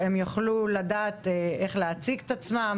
הם יוכלו לדעת איך להציג את עצמם